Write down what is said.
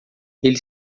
ele